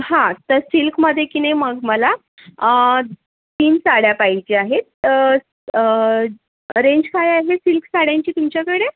हा तर सिल्कमधे की नाही मग मला तीन साड्या पाहिजे आहेत रेंज काय आहे सिल्क साड्यांची तुमच्याकडे